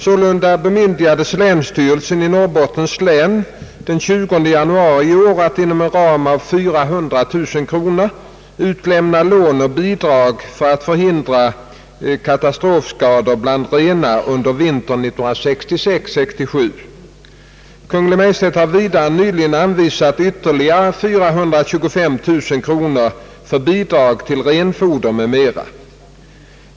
Sålunda bemyndigades länsstyrelsen i Norrbottens län den 20 januari i år att inom en ram av 400 000 kronor utlämna lån och bidrag för att förhindra katastrofskador bland renar under vintern 1966/67. Kungl. Maj:t har vidare nyligen anvisat ytterligare 725 000 kronor för bidrag till renfoder m.m.